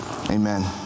amen